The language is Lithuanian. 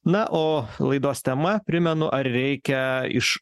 na o laidos tema primenu ar reikia iš